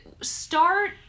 start